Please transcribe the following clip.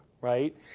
right